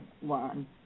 one